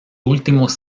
últimos